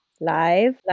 Live